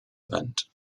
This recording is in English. event